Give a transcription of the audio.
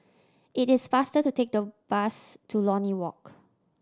it is faster to take the bus to Lornie Walk